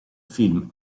film